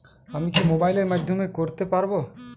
আমি কি মোবাইলের মাধ্যমে করতে পারব?